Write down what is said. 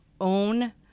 own